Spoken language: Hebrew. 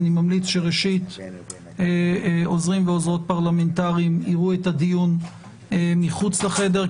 אני ממליץ ראשית שעוזרים ועוזרות פרלמנטריים יראו את הדיון מחוץ לחדר,